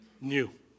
new